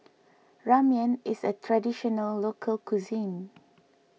Ramen is a Traditional Local Cuisine